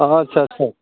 अ आस्सा आस्सा आस्सा